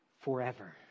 forever